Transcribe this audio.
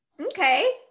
Okay